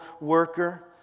worker